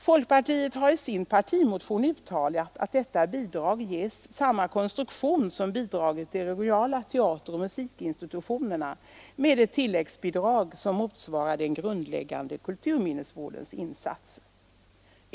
Folkpartiet har i sin partimotion föreslagit att detta bidrag ges samma konstruktion som bidraget till de regionala teateroch musikinstitutionerna med ett tilläggsbidrag som motsvarar den grundläggande kulturminnesvårdande insatsen.